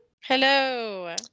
Hello